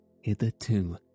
hitherto